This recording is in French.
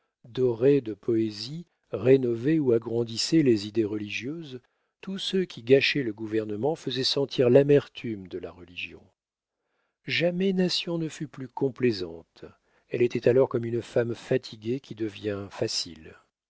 doraient de poésie rénovaient ou agrandissaient les idées religieuses tous ceux qui gâchaient le gouvernement faisaient sentir l'amertume de la religion jamais nation ne fut plus complaisante elle était alors comme une femme fatiguée qui devient facile